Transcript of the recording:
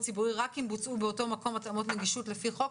ציבורי רק אם בוצעו באותו המקום התאמות נגישות על פי חוק.